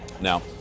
Now